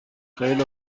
خیلی